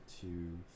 two